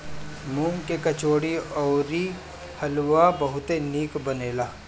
मूंग के कचौड़ी अउरी हलुआ बहुते निक बनेला